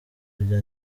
rya